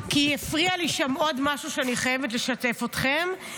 כי הפריע לי שם עוד משהו שאני חייבת לשתף אתכם.